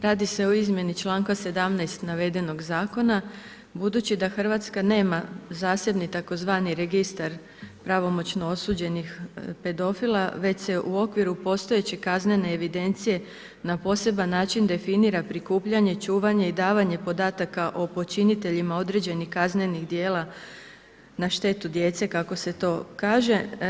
Radi se o izmjeni članka 17. navedenog zakona budući da Hrvatska nema zasebni tzv. registar pravomoćno osuđenih pedofila, već se u okviru postojeće kaznene evidencije na poseban način definira prikupljanje, čuvanje i davanje podataka o počiniteljima određenih kaznenih djela na štetu djece, kako se to kaže.